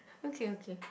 okay okay